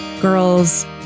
girls